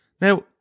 Now